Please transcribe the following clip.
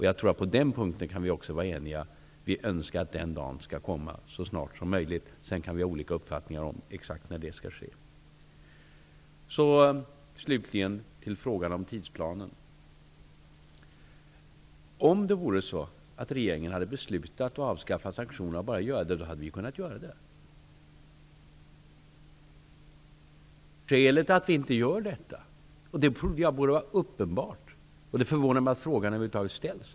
Jag tror också att vi kan vara eniga om att vi önskar att den dagen skall komma så snabbt som möjligt. Sedan kan vi ha olika uppfattningar om exakt när det skall ske. Slutligen vill jag ta upp frågan om tidsplanen. Om det vore så att regeringen hade beslutat att avskaffa sanktionerna skulle vi ha kunnat göra det. Jag trodde att skälet till att vi inte gör det var uppenbart; det förvånar mig att frågan över huvud taget ställs.